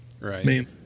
Right